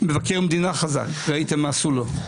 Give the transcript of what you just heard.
מבקר מדינה חזק ראיתם מה עשו לו,